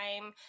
time